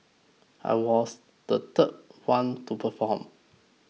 I was the third one to perform